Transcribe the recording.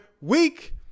week